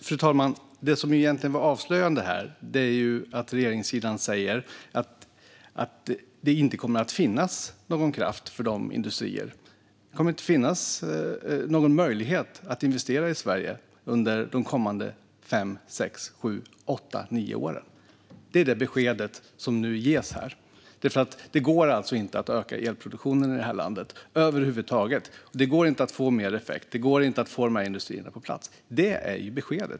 Fru talman! Det som är avslöjande här är att regeringssidan säger att det inte kommer att finnas någon kraft för industrierna. Det kommer inte att finnas någon möjlighet att investera i Sverige under de kommande fem sex sju åtta nio åren. Det är beskedet som nu ges här. Det går alltså inte att öka elproduktionen i det här landet över huvud taget. Det går inte att få de här industrierna på plats. Det är beskedet.